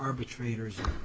arbitrators